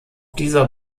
dieser